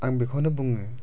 आं बेखौनो बुङो